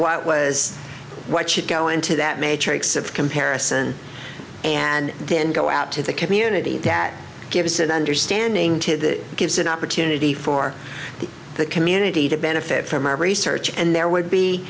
what was what should go into that matrix of comparison and then go out to the community that give us an understanding to that gives an opportunity for the community to benefit from our research and there would be